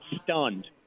stunned